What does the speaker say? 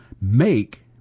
make